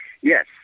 Yes